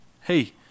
hey